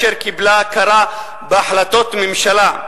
אשר קיבלה הכרה בהחלטות ממשלה,